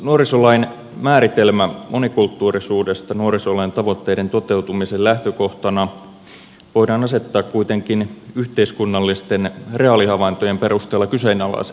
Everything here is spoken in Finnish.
nuorisolain määritelmä monikulttuurisuudesta nuorisolain tavoitteiden toteutumisen lähtökohtana voidaan asettaa kuitenkin yhteiskunnallisten reaalihavaintojen perusteella kyseenalaiseksi